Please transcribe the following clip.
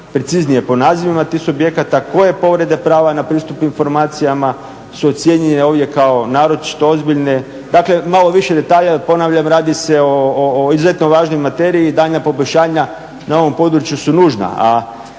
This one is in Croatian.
preciznije po nazivima tih subjekata, koje povrede prava na pristup informacijama su ocijenjene ovdje kao naročito ozbiljne, dakle malo više detalja. Ponavljam, radi se o izuzetno važnoj materiji i daljnja poboljšanja na ovom području su nužna, a